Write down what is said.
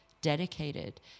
dedicated